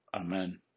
Amen